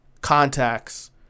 Contacts